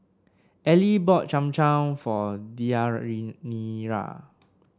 Eli bought Cham Cham for